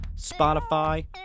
Spotify